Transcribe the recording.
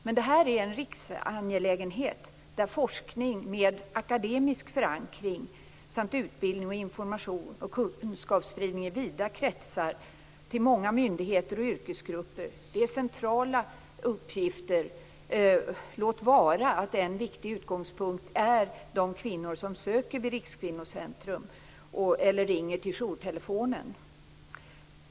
Men detta är en riksangelägenhet där forskning med akademisk förankring samt utbildning, information och kunskapsspridning i vida kretsar till många myndigheter och yrkesgrupper är centrala uppgifter. Låt vara att en viktig utgångspunkt är de kvinnor som söker sig till Rikskvinnocentrum eller ringer till jourtelefonen.